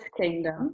kingdom